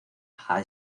high